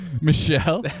Michelle